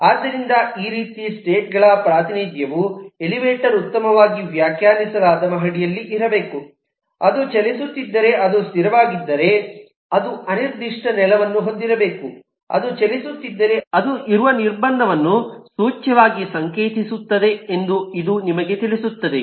ಆದ್ದರಿಂದ ಈ ರೀತಿಯ ಸ್ಟೇಟ್ ಗಳ ಪ್ರಾತಿನಿಧ್ಯವು ಎಲಿವೇಟರ್ ಉತ್ತಮವಾಗಿ ವ್ಯಾಖ್ಯಾನಿಸಲಾದ ಮಹಡಿಯಲ್ಲಿರಬೇಕು ಅದು ಚಲಿಸುತ್ತಿದ್ದರೆ ಅದು ಸ್ಥಿರವಾಗಿದ್ದರೆ ಅದು ಅನಿರ್ದಿಷ್ಟ ನೆಲವನ್ನು ಹೊಂದಿರಬೇಕು ಅದು ಚಲಿಸುತ್ತಿದ್ದರೆ ಅದು ಇರುವ ನಿರ್ಬಂಧವನ್ನು ಸೂಚ್ಯವಾಗಿ ಸಂಕೇತಿಸುತ್ತದೆ ಎಂದು ಇದು ನಿಮಗೆ ತಿಳಿಸುತ್ತದೆ